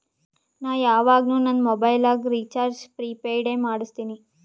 ನಾ ಯವಾಗ್ನು ನಂದ್ ಮೊಬೈಲಗ್ ರೀಚಾರ್ಜ್ ಪ್ರಿಪೇಯ್ಡ್ ಎ ಮಾಡುಸ್ತಿನಿ